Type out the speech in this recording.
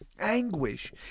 anguish